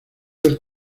del